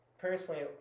personally